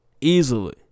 Easily